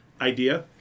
idea